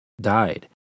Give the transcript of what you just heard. died